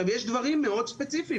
יש דברים ספציפיים מאוד,